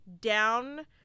down